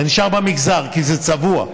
זה נשאר במגזר, כי זה צבוע.